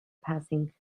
passing